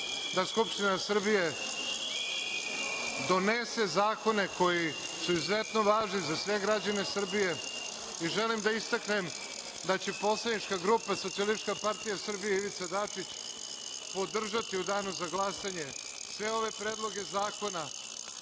da Skupština Srbije donese zakone koji su izuzetno važni za sve građane Srbije. Želim da istaknem da će poslanička grupa Socijalistička partija Srbije – Ivica Dačić podržati u danu za glasanje sve ove predloge zakona. Želim